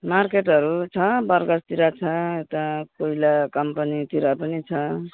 मार्केटहरू छ बरगाछतिर छ यता कोइला कम्पनीतिर पनि छ